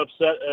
upset